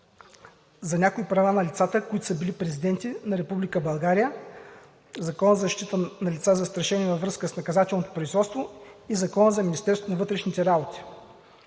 за някои права на лицата, които са били президенти на Република България, Закона за защита на лица, застрашени във връзка с наказателно производство и Закона за Министерството на вътрешните работи.